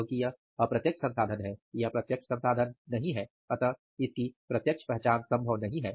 क्योंकि यह अप्रत्यक्ष संसाधन है यह प्रत्यक्ष संसाधन नहीं है अतः इसकी प्रत्यक्ष पहचान संभव नहीं है